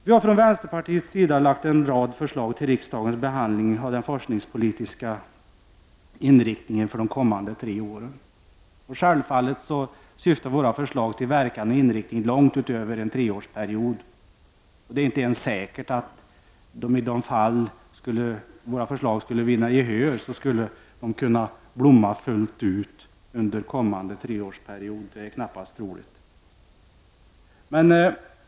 Vi har från vänsterpartiet lagt en rad förslag till riksdagen om den forskningspolitiska inriktningen för de kommande tre åren. Självfallet sträcker sig våra förslag när det gäller verkan och inriktning långt utöver en treårsperiod, och det är inte alls säkert att de, ifall våra förslag skulle vinna gehör, skulle hinna blomma fullt ut under den kommande treårsperioden. Det är knappast troligt.